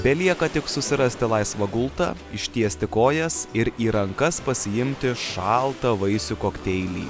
belieka tik susirasti laisvą gultą ištiesti kojas ir į rankas pasiimti šaltą vaisių kokteilį